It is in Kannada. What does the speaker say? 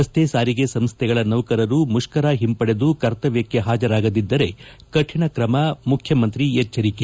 ರಸ್ತೆ ಸಾರಿಗೆ ಸಂಸ್ಥೆಗಳ ನೌಕರರು ಮುಷ್ಕರ ಹಿಂಪಡೆದು ಕರ್ತವ್ಯಕ್ಕೆ ಪಾಜರಾಗದಿದ್ದರೆ ಕೌಣ ಕ್ರಮ ಮುಖ್ಯಮಂತ್ರಿ ಎಚ್ದರಿಕೆ